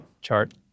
chart